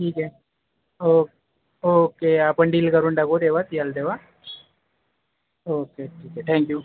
ठीकं आहे ओ ओके आपण डील करून टाकू तेव्हाच याल तेव्हा ओके ओके ठँक्यू